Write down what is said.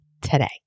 today